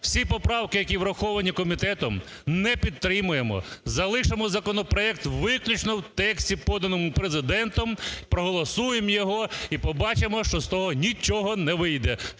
всі поправки, які враховані комітетом, не підтримаємо, залишимо законопроект виключно в тексті, поданому Президентом, проголосуємо його і побачимо, що з того нічого не вийде.